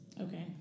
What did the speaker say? Okay